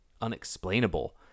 unexplainable